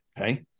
okay